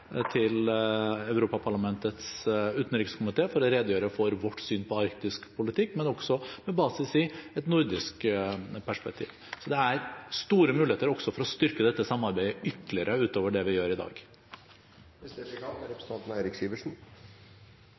til Europaparlamentets utenrikskomité for å redegjøre for vårt syn på arktisk politikk, men også med basis i et nordisk perspektiv. Så det er store muligheter for også å styrke dette samarbeidet ytterligere, utover det vi gjør i